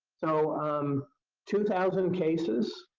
so um two thousand cases